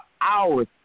hours